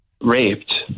raped